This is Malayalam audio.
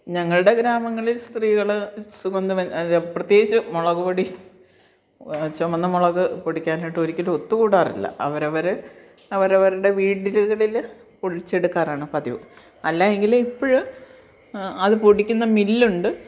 ഞങ്ങളുടെ ഗ്രാമങ്ങളിൽ സ്ത്രീകൾ സുഗന്ധവ്യജ്ഞനം പ്രത്യേകിച്ച് മുളക്പൊടി ചുവന്ന മുളക് പൊടിക്കാനായിട്ട് ഒരിക്കലും ഒത്തുകൂടാറില്ല അവരവർ അവരവരുടെ വീടുകളിൽ പൊടിച്ചെടുക്കാറാണ് പതിവ് അല്ലായെങ്കിൽ ഇപ്പോൾ അത് പൊടിക്കുന്ന മില്ലണ്ട്